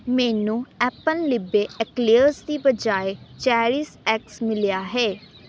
ਮੈਨੂੰ ਐੱਪਿਨਲੀਬੇ ਐਕਲੇਅਰਜ਼ ਦੀ ਬਜਾਏ ਚੇਰੀਸ਼ਐਕਸ ਮਿਲਿਆ ਹੈ